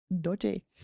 dodgy